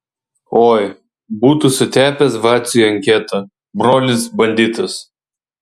oi būtų sutepęs vaciui anketą brolis banditas